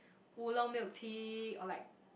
Oolong milk tea or like